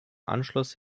anschluss